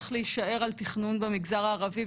צריך להישאר על תכנון במגזר הערבי,